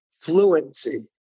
fluency